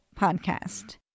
podcast